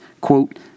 quote